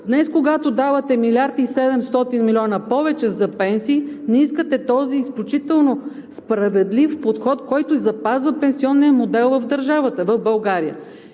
Днес, когато давате милиард и 700 милиона повече за пенсии, не искате този изключително справедлив подход, който запазва пенсионния модел в държавата, в България.